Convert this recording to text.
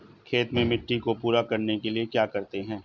खेत में मिट्टी को पूरा करने के लिए क्या करते हैं?